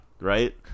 Right